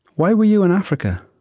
why were you in africa?